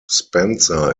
spencer